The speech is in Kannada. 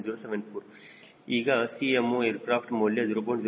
074 ಈಗ 𝐶moac ಮೌಲ್ಯ 0